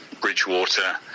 Bridgewater